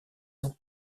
ont